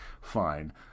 fine